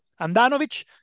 Andanovic